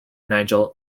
nigel